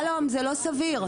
שלום, זה לא סביר.